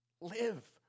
Live